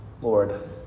Lord